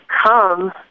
come